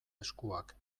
eskuak